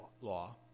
law